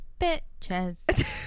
Bitches